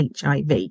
HIV